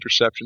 interceptions